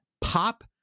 pop